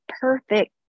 perfect